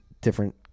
different